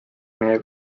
meie